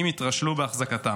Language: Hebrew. אם התרשלו באחזקתן.